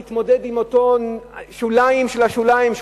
להתמודד עם אותם שוליים של השוליים,